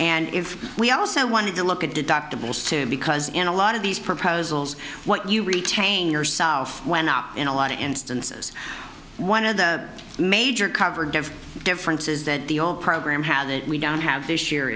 and if we also wanted to look at deductibles too because in a lot of these proposals what you retain yourself went up in a lot of instances one of the major covered differences that the old program had that we don't have this year